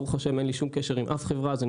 ברוך השם אין לי שום קשר עם אף חברה אז אני